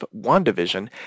WandaVision